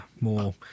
more